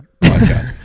podcast